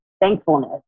thankfulness